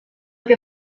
que